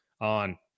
on